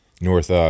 North